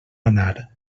anar